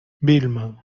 vilma